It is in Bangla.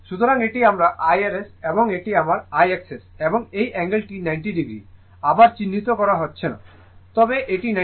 সুতরাং এটি আমার Irs এবং এটি আমার IXS এবং এই অ্যাঙ্গেলটি 90o আবার চিহ্নিত করা হচ্ছে না তবে এটি 90o